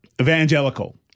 evangelical